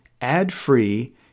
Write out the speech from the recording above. ad-free